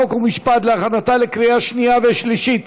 חוק ומשפט להכנתה לקריאה שנייה ושלישית.